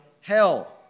hell